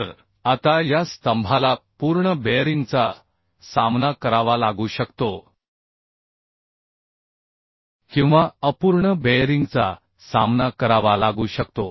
तर आता या स्तंभाला पूर्ण बेअरिंगचा सामना करावा लागू शकतो किंवा अपूर्ण बेयरिंगचा सामना करावा लागू शकतो